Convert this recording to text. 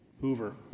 Hoover